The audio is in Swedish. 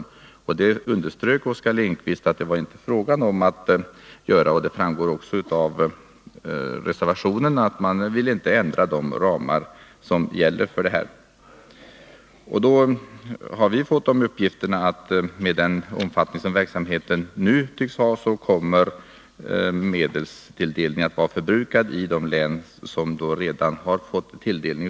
Oskar Lindkvist underströk emellertid att det inte var meningen att göra det, och det framgår också av reservationen att man inte vill ändra i de ramar som gäller. Vi har fått den uppgiften att med den omfattning som verksamheten nu tycks ha fått kommer medelstilldelningen att ha förbrukats av de län som redan har fått tilldelning.